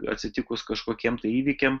atsitikus kažkokiem tai įvykiam